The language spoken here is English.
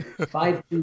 Five